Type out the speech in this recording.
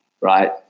right